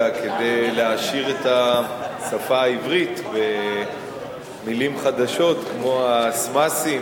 כדי להעשיר את השפה העברית במלים חדשות כמו ה"סמסים".